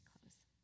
close